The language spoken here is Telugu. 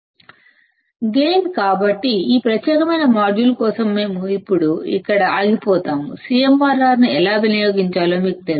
అబ్బాయిలు కాబట్టి ఈ ప్రత్యేకమైన మాడ్యూల్ కోసం మనం ఇప్పుడు ఇక్కడ నిలుపుతున్నాము CMRR ను ఎలా ఉపయోగించాలో మీకు తెలుసు